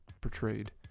portrayed